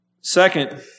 Second